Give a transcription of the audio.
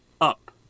up